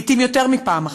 לעתים יותר מפעם אחת.